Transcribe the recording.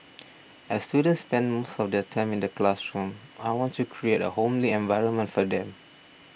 as students spend most of their time in the classroom I want to create a homely environment for them